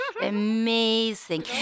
Amazing